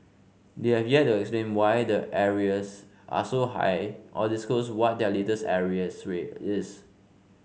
they have yet to explain why their arrears are so high or disclose what their latest arrears rate is